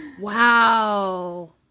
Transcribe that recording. Wow